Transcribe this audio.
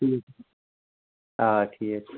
آ ٹھیٖک